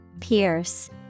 Pierce